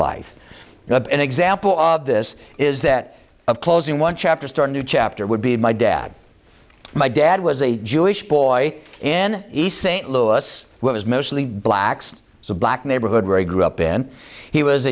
life you have an example of this is that of closing one chapter start a new chapter would be my dad my dad was a jewish boy in east st louis was mostly blacks so black neighborhood where he grew up in he was